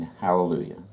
Hallelujah